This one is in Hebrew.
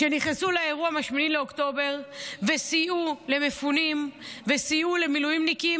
שנכנסו לאירוע מ-7 באוקטובר וסייעו למפונים וסייעו למילואימניקים,